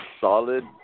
solid